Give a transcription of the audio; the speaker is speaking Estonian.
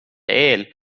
eel